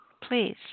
Please